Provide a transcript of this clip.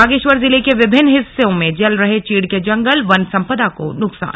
बागेश्वर जिले के विभिन्न हिस्सों में जल रहे हैं चीड़ के जंगल वन संपदा को नुकसान